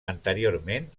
anteriorment